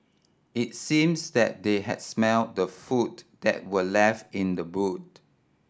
it seems that they had smelt the food that were left in the boot